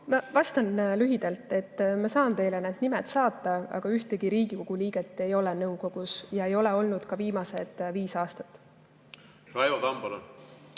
Ma vastan lühidalt. Ma saan teile need nimed saata, aga ühtegi Riigikogu liiget nõukogus ei ole ja ei ole olnud ka viimased viis aastat. Raivo Tamm,